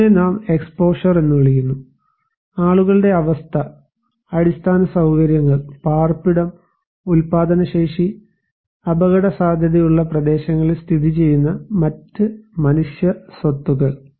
ഇതിനെ നാം എക്സ്പോഷർ എന്ന് വിളിക്കുന്നു ആളുകളുടെ അവസ്ഥ അടിസ്ഥാന സൌകര്യങ്ങൾ പാർപ്പിടം ഉൽപാദന ശേഷി അപകടസാധ്യതയുള്ള പ്രദേശങ്ങളിൽ സ്ഥിതിചെയ്യുന്ന മറ്റ് മനുഷ്യ സ്വത്തുക്കൾ